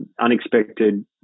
unexpected